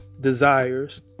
desires